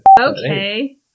okay